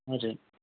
हजुर